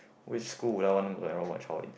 which school would I want to enroll what college